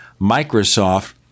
Microsoft